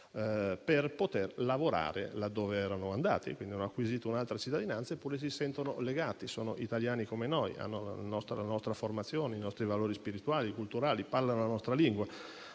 per poter lavorare laddove erano andati. Pur avendo acquisito un'altra cittadinanza, si sentono legati al nostro Paese, sono italiani come noi, hanno la nostra formazione, i nostri valori spirituali, culturali, parlano la nostra lingua.